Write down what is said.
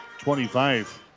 25